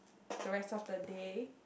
the rest of the day